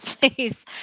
please